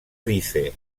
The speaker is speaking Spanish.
dice